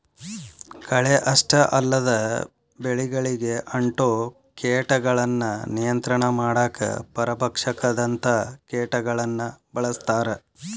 ಕಳೆ ಅಷ್ಟ ಅಲ್ಲದ ಬೆಳಿಗಳಿಗೆ ಅಂಟೊ ಕೇಟಗಳನ್ನ ನಿಯಂತ್ರಣ ಮಾಡಾಕ ಪರಭಕ್ಷಕದಂತ ಕೇಟಗಳನ್ನ ಬಳಸ್ತಾರ